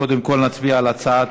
קודם כול נצביע על הצעת